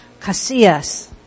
Casillas